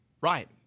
Right